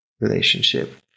relationship